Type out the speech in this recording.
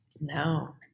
No